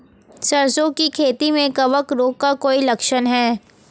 सरसों की खेती में कवक रोग का कोई लक्षण है?